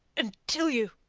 until you.